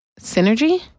Synergy